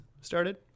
started